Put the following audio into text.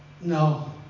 No